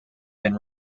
been